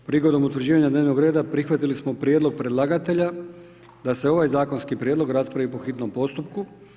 Prigodom utvrđivanja dnevnog reda prihvatili smo prijedlog predlagatelja da se ovaj zakonski prijedlog raspravi po hitnom postupku.